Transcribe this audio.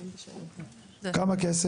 כמה כסף?